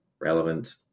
relevant